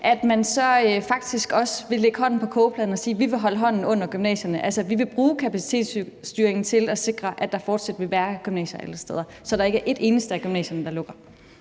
igennem, faktisk også vil lægge hånden på kogepladen og sige: Vi vil holde hånden under gymnasierne; vi vil altså bruge kapacitetsstyringen til at sikre, at der fortsat vil være gymnasier alle steder, så der ikke er et eneste af gymnasierne, der lukker.